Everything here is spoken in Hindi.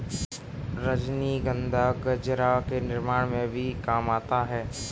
रजनीगंधा गजरा के निर्माण में भी काम आता है